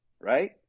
right